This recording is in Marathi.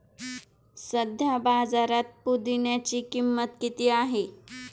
सध्या बाजारात पुदिन्याची किंमत किती आहे?